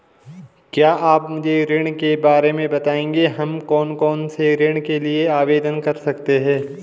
क्या आप मुझे ऋण के बारे में बताएँगे हम कौन कौनसे ऋण के लिए आवेदन कर सकते हैं?